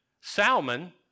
Salmon